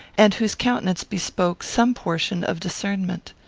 and whose countenance bespoke some portion of discernment.